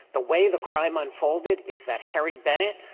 the way the crime unfolded is that harry bennett,